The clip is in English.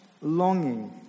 longing